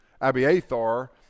Abiathar